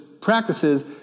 practices